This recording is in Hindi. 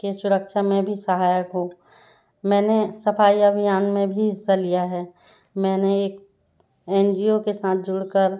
की सुरक्षा में भी सहायक हो मैंने सफाई अभियान में भी हिस्सा लिया है मैंने एक एन जी ओ के साथ जुड़कर